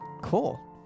Cool